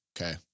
Okay